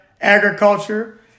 agriculture